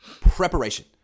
preparation